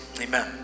Amen